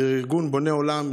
בארגון בוני עולם,